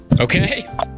Okay